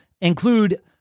include